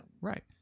Right